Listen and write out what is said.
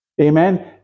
Amen